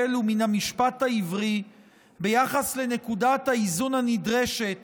ומן המשפט העברי ביחס לנקודת האיזון הנדרשת